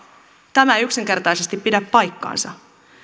tämä ei yksinkertaisesti pidä paikkaansa